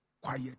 quiet